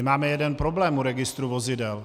Máme jeden problém u registru vozidel.